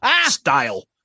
style